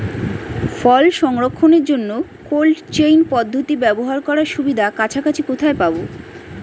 ফল সংরক্ষণের জন্য cold chain পদ্ধতি ব্যবহার করার সুবিধা কাছাকাছি কোথায় পাবো?